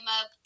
up